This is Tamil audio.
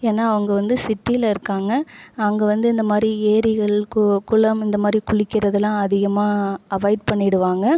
ஏன்னா அவங்க வந்து சிட்டியில இருக்காங்க அங்கே வந்து இந்தமாதிரி ஏரிகள் குளம் இந்தமாதிரி குளிக்கிறதலாம் அதிகமாக அவாய்ட் பண்ணிவிடுவாங்க